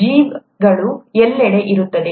ಜೀವಿಗಳು ಎಲ್ಲೆಡೆ ಇರುತ್ತವೆ